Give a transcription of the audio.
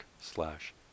slash